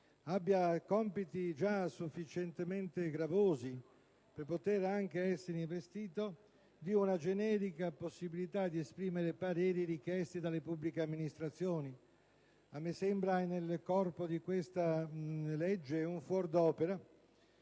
abbia compiti già sufficientemente gravosi per essere investito anche di una generica possibilità di esprimere i pareri richiesti dalle pubbliche amministrazioni. A me sembra che nel corpo di questa legge ciò sarebbe